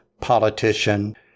politician